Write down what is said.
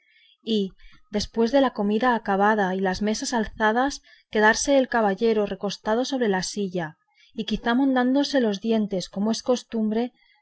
y después de la comida acabada y las mesas alzadas quedarse el caballero recostado sobre la silla y quizá mondándose los dientes como es costumbre